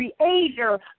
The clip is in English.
creator